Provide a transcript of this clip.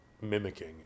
mimicking